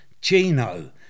Gino